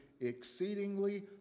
exceedingly